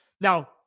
now